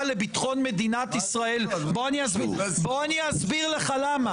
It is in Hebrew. לביטחון מדינת ישראל בוא אני אסביר לך למה.